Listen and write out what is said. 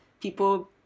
people